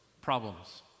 problems